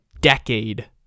decade